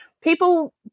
people